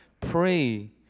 Pray